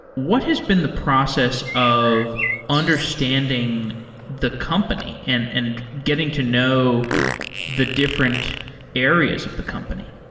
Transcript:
what has been the process of understanding the company and and getting to know the different areas of the company?